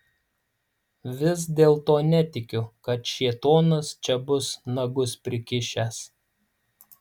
vis dėlto netikiu kad šėtonas čia bus nagus prikišęs